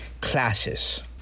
classes